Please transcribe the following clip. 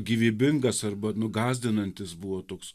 gyvybingas arba nu gąsdinantis buvo toks